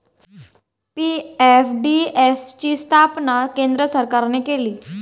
PFDF ची स्थापना केंद्र सरकारने केली